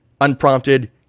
unprompted